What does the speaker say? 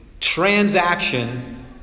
transaction